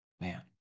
Man